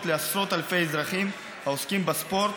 בספורט לעשרות אלפי אזרחים העוסקים בספורט: